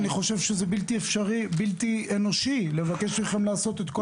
אני חושב שזה בלתי אנושי לבקש מכם לעשות את כל